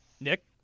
Nick